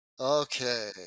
Okay